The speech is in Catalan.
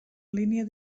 línia